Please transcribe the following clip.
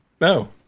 No